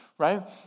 Right